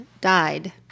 died